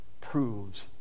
proves